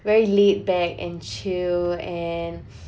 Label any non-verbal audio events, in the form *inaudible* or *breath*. very laid back and chill and *breath*